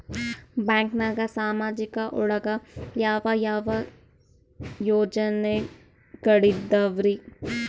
ಬ್ಯಾಂಕ್ನಾಗ ಸಾಮಾಜಿಕ ಒಳಗ ಯಾವ ಯಾವ ಯೋಜನೆಗಳಿದ್ದಾವ್ರಿ?